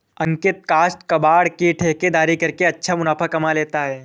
अंकित काष्ठ कबाड़ की ठेकेदारी करके अच्छा मुनाफा कमा लेता है